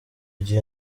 gihe